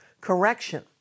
correction